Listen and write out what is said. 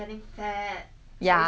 I can see